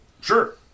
Sure